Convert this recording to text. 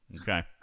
Okay